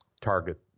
target